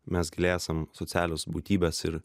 mes galėsim socialios būtybės ir